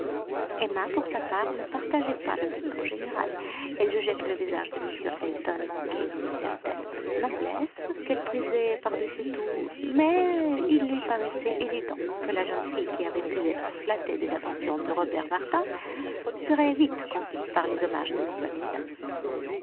emma pour sa part ne partageait pas l'opinion générale elle jugeait que le visage de m elton manquait d'une certaine noblesse qu'elle prisait par dessus tout mais il lui paraissait évident que la jeune fille qui avait pu être flattée des attentions de robert martin serait vite conquise par les hommage de